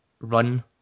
run